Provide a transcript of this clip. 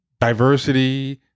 diversity